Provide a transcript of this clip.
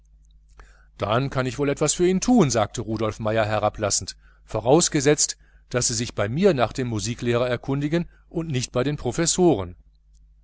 dann kann ich wohl etwas für ihn tun sagte rudolf meier herablassend vorausgesetzt daß sie sich bei mir nach dem musiklehrer erkundigen und nicht bei den professoren